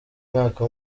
mwaka